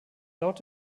laut